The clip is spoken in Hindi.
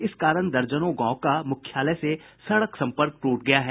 इस कारण दर्जनों गांव का मुख्यालय से सड़क संपर्क टूट गया है